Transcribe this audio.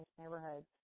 neighborhoods